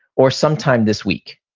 or sometime this week?